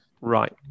right